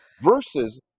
versus